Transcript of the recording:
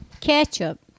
ketchup